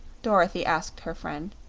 dorothy asked her friend.